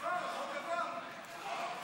(תיקון, הגדרת הפליה על רקע זהות מגדרית או נטייה